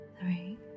three